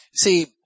See